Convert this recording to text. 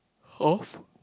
of